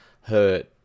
hurt